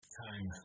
time